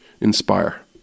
inspire